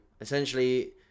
essentially